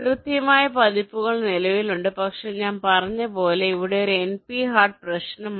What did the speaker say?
കൃത്യമായ പതിപ്പുകൾ നിലവിലുണ്ട് പക്ഷേ ഞാൻ പറഞ്ഞതുപോലെ അവ ഒരു NP ഹാർഡ് പ്രശ്നമാണ്